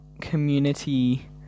community